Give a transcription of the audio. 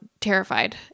terrified